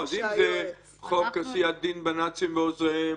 אם זה חוק עשיית דין בנאצים ועוזריהם,